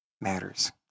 matters